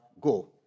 go